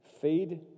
feed